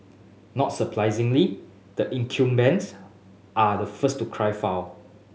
not surprisingly the incumbents are the first to cry foul